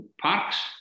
parks